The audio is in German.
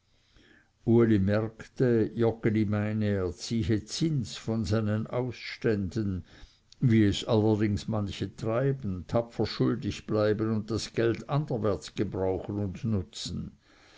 uli merkte joggeli meine er ziehe zins von seinen ausständen wie es allerdings manche treiben tapfer schuldig bleiben und das geld anderwärts gebrauchen und nutzen